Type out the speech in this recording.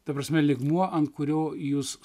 ta prasme lygmuo ant kurio jūs